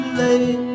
late